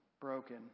broken